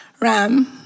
Ram